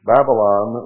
Babylon